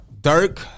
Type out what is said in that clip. Dirk